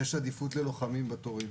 יש עדיפות ללוחמים בתורים